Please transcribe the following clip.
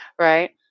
right